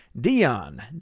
Dion